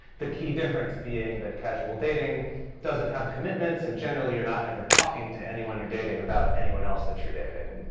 the key difference being that casual dating doesn't have commitments and generally, you're not ever talking to anyone you're dating about anyone else that you're dating.